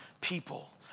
people